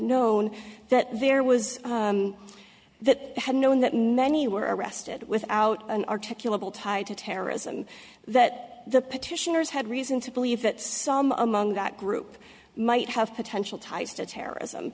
known that there was that had known that many were arrested without an articulable tied to terrorism that the petitioners had reason to believe that some among that group might have potential ties to terrorism